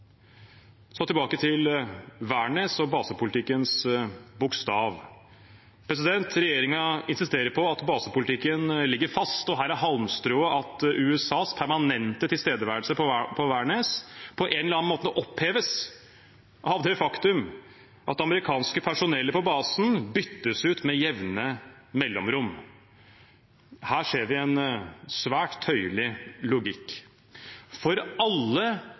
Så tilbake til Værnes og basepolitikkens bokstav: Regjeringen insisterer på at basepolitikken ligger fast, og her er halmstrået at USAs permanente tilstedeværelse på Værnes på en eller annen måte oppheves av det faktum at det amerikanske personellet på basen byttes ut med jevne mellomrom. Her ser vi en svært tøyelig logikk, for alle